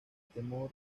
temor